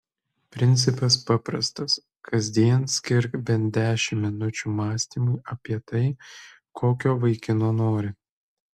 principas paprastas kasdien skirk bent dešimt minučių mąstymui apie tai kokio vaikino nori